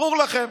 ברור לכם.